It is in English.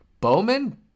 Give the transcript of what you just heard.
Bowman